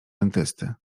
dentysty